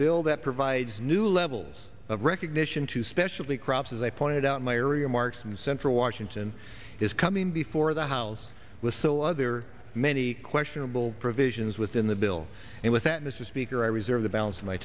bill that provides new levels of recognition to specialty crops as i pointed out in my area marks and central washington is coming before the house was so other many questionable provisions within the bill and with that mr speaker i reserve the balance of my